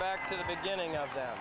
back to the beginning of th